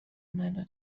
منو